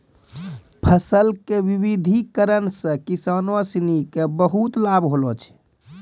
फसल के विविधिकरण सॅ किसानों सिनि क बहुत लाभ होलो छै